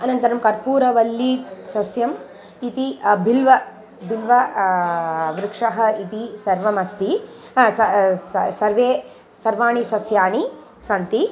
अनन्तरं कर्पूरवल्ली सस्यम् इति बिल्व बिल्व वृक्षः इति सर्वम् अस्ति स स सर्वे सर्वाणि सस्यानि सन्ति